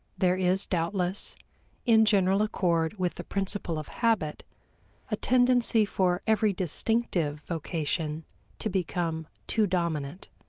there is doubtless in general accord with the principle of habit a tendency for every distinctive vocation to become too dominant,